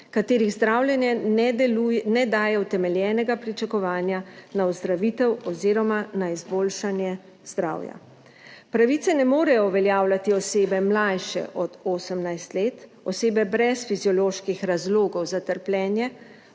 katerih zdravljenje ne daje utemeljenega pričakovanja za ozdravitev oziroma na izboljšanje zdravja. Pravice ne morejo uveljavljati osebe, mlajše od 18 let, osebe brez fizioloških razlogov za trpljenje,